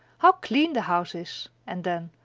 how clean the house is! and then,